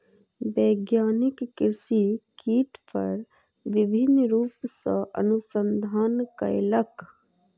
वैज्ञानिक कृषि कीट पर विभिन्न रूप सॅ अनुसंधान कयलक